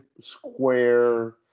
square